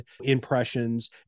impressions